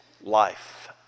life